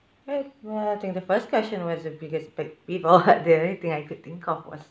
right uh I think the first question was a biggest pet peeve or what the only thing I could think of was